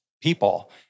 people